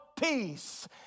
Peace